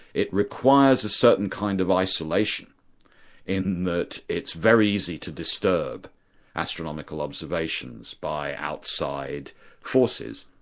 it requires a certain kind of isolation in that it's very easy to disturb astronomical observations by outside forces.